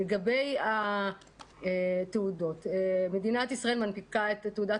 לגבי התעודות: מדינת ישראל מנפיקה את תעודת